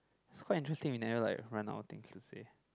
so quite interesting we never like run out of things to say